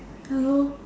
ya lor